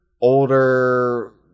older